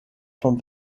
vom